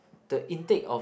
the intake of